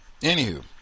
anywho